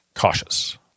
Cautious